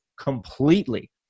completely